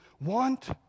want